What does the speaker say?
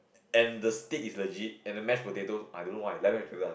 and the steak is legit and the mash potato I don't know why